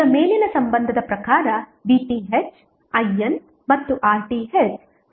ಈಗ ಮೇಲಿನ ಸಂಬಂಧದ ಪ್ರಕಾರ VTh IN ಮತ್ತು RTh ಸಂಬಂಧಿಸಿದೆ ಎಂದು ನಾವು ನೋಡಬಹುದು